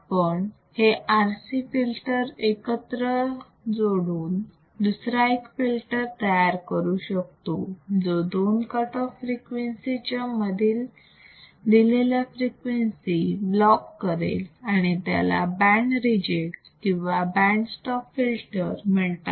आपण हे RC filter एकत्र जोडून दुसरा एक फिल्टर तयार करू शकतो जो दोन कट ऑफ फ्रिक्वेन्सी च्या मधील दिलेल्या फ्रिक्वेन्सी ब्लॉक करेल आणि याला बँड रिजेक्ट किंवा बँड स्टॉप फिल्टर म्हणतात